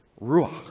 ruach